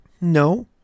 No